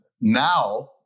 now